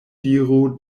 diro